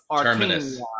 terminus